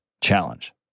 challenge